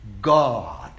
God